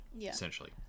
essentially